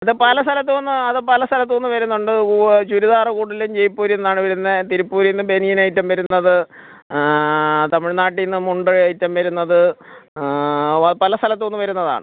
അത് പല സ്ഥലത്തു നിന്ന് അത് പല സ്ഥലത്തു നിന്നു വരുന്നുണ്ട് ചുരിദാർ കൂടുതലും ജയ്പ്പൂരിൽ നിന്നാണ് വരുന്നത് തിരുപ്പൂരിൽ നിന്ന് ബനിയൻ ഐറ്റം വരുന്നത് തമിഴ് നാട്ടിൽ നിന്ന് മുണ്ട് ഐറ്റം വരുന്നത് പല സ്ഥലത്തു നിന്നു വരുന്നതാണ്